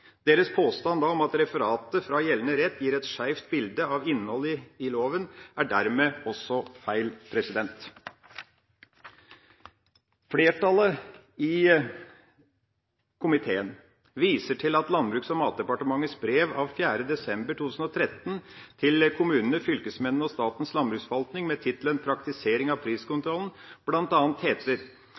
Deres påstand om at referatet fra gjeldende rett gir et skeivt bilde av innholdet i loven, er dermed også feil. Flertallet i komiteen viser til at det i Landbruks- og matdepartementets brev av 4. desember 2013 til kommunene, fylkesmennene og Statens landbruksforvaltning med tittelen «Praktisering av priskontrollen» bl.a. heter: